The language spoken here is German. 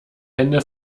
hände